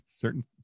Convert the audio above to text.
certain